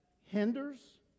hinders